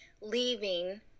leaving